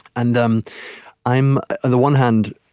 and um i'm on the one hand,